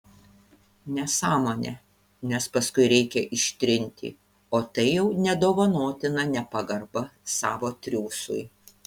nesąmonė nes paskui reikia ištrinti o tai jau nedovanotina nepagarba savo triūsui